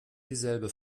dieselbe